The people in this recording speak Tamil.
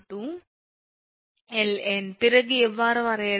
𝐿𝑁 பிறகு எவ்வாறு வரையறுக்கலாம்